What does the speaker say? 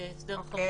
זה הסדר אחר.